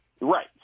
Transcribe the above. Right